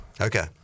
Okay